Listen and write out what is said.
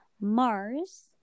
Mars